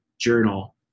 journal